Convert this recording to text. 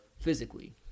physically